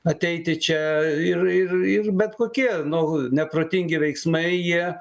ateiti čia ir ir ir bet kokie nu neprotingi veiksmai jie